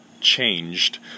changed